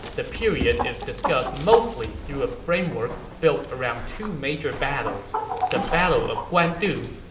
the period is discussed mostly through a framework built around two major battles the battle of guandu,